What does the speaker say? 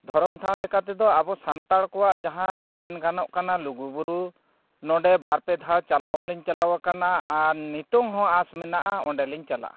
ᱫᱷᱚᱨᱚᱢ ᱴᱷᱟᱶ ᱞᱮᱠᱟ ᱛᱮᱫᱚ ᱟᱵᱚ ᱥᱟᱱᱛᱟᱲ ᱠᱚᱣᱟᱜ ᱡᱟᱦᱟᱸ ᱢᱮᱱ ᱜᱟᱱᱚᱜ ᱠᱟᱱᱟ ᱞᱩᱜᱩᱼᱵᱩᱨᱩ ᱱᱚᱰᱮ ᱵᱟᱨ ᱯᱮ ᱫᱷᱟᱣ ᱪᱟᱞᱟᱣ ᱦᱚᱸᱞᱤᱧ ᱪᱟᱞᱟᱣ ᱠᱟᱱᱟ ᱟᱨ ᱱᱤᱛᱚᱜ ᱦᱚᱸ ᱟᱥ ᱢᱮᱱᱟᱜᱼᱟ ᱚᱸᱰᱮ ᱞᱤᱧ ᱪᱟᱞᱟᱜᱼᱟ